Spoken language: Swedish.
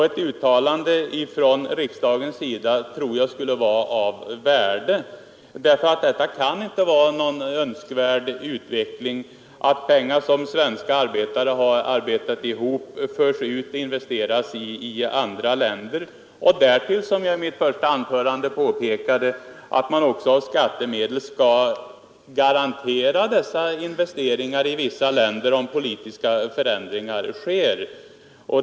Ett uttalande från riksdagens sida tror jag därför skulle vara av värde. Det kan nämligen inte vara någon önskvärd utveckling att pengar som svenska arbetare har arbetat ihop förs ut och investeras i andra länder. Därtill kommer — som jag påpekade i mitt första anförande — att man också av skattemedel skall garantera dessa investeringar i vissa länder, om politiska förändringar där sker.